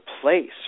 place